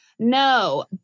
No